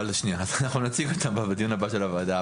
אנחנו נציג אותם בדיון הבא של הוועדה.